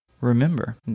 Remember